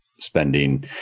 spending